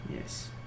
Yes